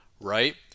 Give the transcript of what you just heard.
right